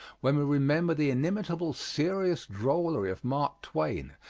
when we remember the inimitable serious-drollery of mark twain,